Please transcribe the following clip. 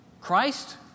Christ